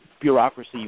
bureaucracy